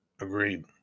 agreed